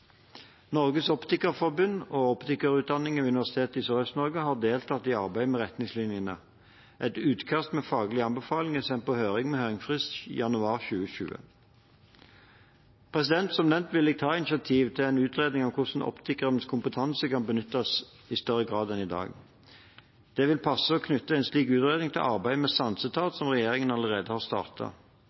Norges Optikerforbund og optikerutdanningen ved Universitetet i Sørøst-Norge har deltatt i arbeidet med retningslinjene. Et utkast med faglige anbefalinger er sendt på høring med høringsfrist i januar 2020. Som nevnt vil jeg ta initiativ til en utredning av hvordan optikernes kompetanse kan benyttes i større grad enn i dag. Det vil passe å knytte en slik utredning til arbeidet med sansetap som regjeringen allerede har